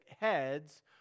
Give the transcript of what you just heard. heads